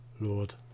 Lord